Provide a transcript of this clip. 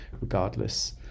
regardless